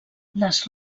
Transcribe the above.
les